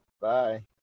Bye